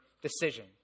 decision